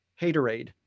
Haterade